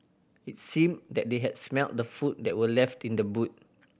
it seemed that they had smelt the food that were left in the boot